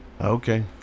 Okay